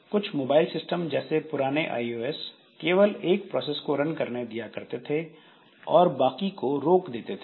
कुछ mobile system जैसे पुराने आईओएस केवल एक प्रोसेस को रन करने दिया करते थे और बाकी को रोक देते थे